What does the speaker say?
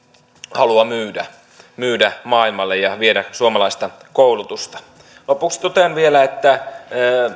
halua myydä myydä maailmalle ja viedä suomalaista koulutusta lopuksi totean vielä että